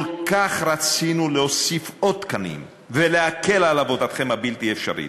כל כך רצינו להוסיף עוד תקנים ולהקל על עבודתכם הבלתי-אפשרית.